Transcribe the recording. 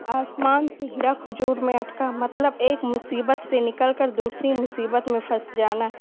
آسمان سے گرا کھجور میں اٹکا مطلب ایک مصیبت سے نکل کر دوسری مصیبت میں پھنس جانا